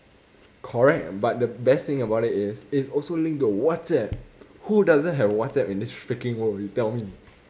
correct but the best thing about it is it's also linked to whatsapp who doesn't have whatsapp in this freaking world you tell me